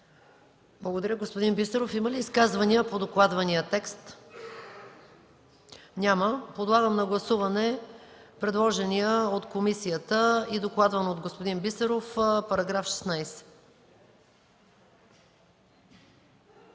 Благодаря, господин Бисеров. Има ли изказвания по докладвания текст? Няма. Подлагам на гласуване предложения от комисията и докладван от господин Бисеров § 16.